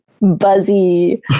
buzzy